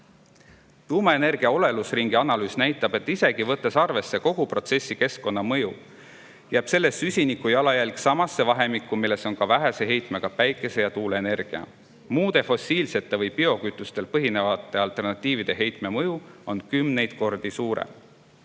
Tuumaenergia olelusringi analüüs näitab, et isegi kogu protsessi keskkonnamõju arvesse võttes jääb selle süsinikujalajälg samasse vahemikku, milles on ka vähese heitega päikese‑ ja tuuleenergia oma. Muude fossiilsete või biokütustel põhinevate alternatiivide heite mõju on kümneid kordi suurem.